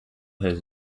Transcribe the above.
his